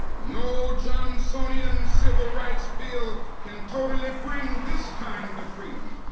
no johnsonian civil rights bill can totally bring this kind of freedom.